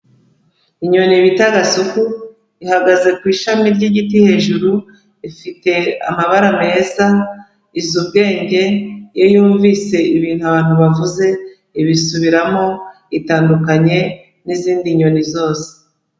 Inyoni bita Gasuku, ihagaze ku ishami ry'igiti hejuru, ifite amabara meza, izi ubwenge, iyo yuvishe ibintu abantu bavuze ibisubiramo, itandukanye n'izindi nyoni zose.